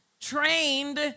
trained